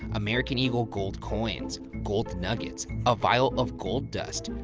american eagle gold coins, gold nuggets, a vial of gold dust,